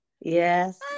Yes